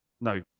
No